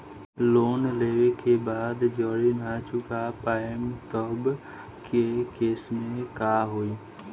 Loan लेवे के बाद जड़ी ना चुका पाएं तब के केसमे का होई?